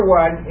one